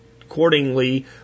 Accordingly